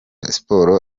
siporo